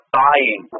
buying